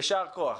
יישר כוח.